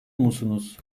musunuz